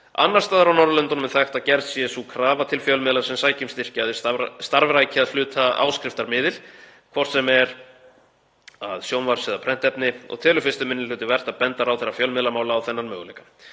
Annars staðar á Norðurlöndunum er þekkt að gerð sé sú krafa til fjölmiðla sem sækja um styrki að þeir starfræki að hluta áskriftarmiðil, hvort sem er að sjónvarps- eða prentefni, og telur 1. minni hluti vert að benda ráðherra fjölmiðlamála á þennan möguleika.